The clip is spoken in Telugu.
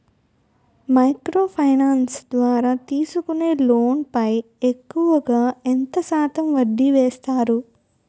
మైక్రో ఫైనాన్స్ ద్వారా తీసుకునే లోన్ పై ఎక్కువుగా ఎంత శాతం వడ్డీ వేస్తారు?